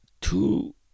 two